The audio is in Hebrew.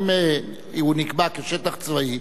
אם הוא נקבע כשטח צבאי,